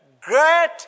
Great